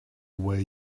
way